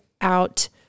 out